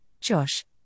Josh